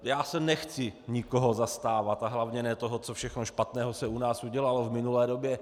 Já se nechci nikoho zastávat a hlavně ne toho, co všechno špatného se u nás udělalo v minulé době.